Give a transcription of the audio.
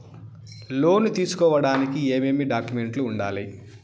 లోను తీసుకోడానికి ఏమేమి డాక్యుమెంట్లు ఉండాలి